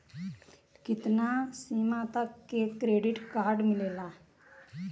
कितना सीमा तक के क्रेडिट कार्ड मिलेला?